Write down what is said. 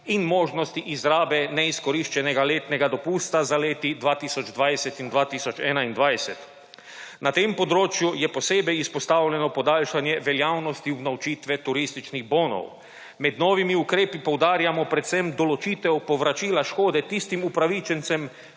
in možnosti izrabe neizkoriščenega letnega dopusta za leti 2020 in 2021. Na tem področju je posebej izpostavljeno podaljšanje veljavnosti unovčitve turističnih bonov. Med novimi ukrepi poudarjamo predvsem določitev povračila škode tistim upravičencem,